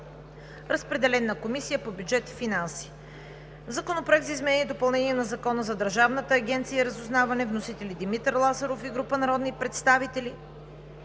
Разпределен е на Комисията по бюджет и финанси. Законопроект за изменение и допълнение на Закона за Държавна агенция „Разузнаване“. Вносители са Димитър Лазаров и група народни представители.